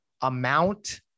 amount